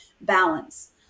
balance